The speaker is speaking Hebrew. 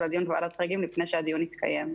הדיון בוועדת החריגים לפני שהדיון התקיים.